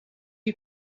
you